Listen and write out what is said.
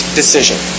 decision